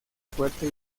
fuerte